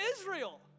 Israel